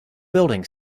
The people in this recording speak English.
building